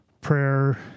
prayer